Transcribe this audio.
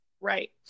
Right